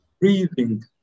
breathing